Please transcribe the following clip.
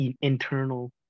internal